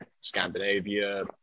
Scandinavia